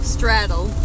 Straddle